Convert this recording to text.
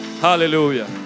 Hallelujah